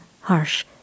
harsh